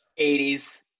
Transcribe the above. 80s